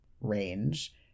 range